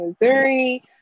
Missouri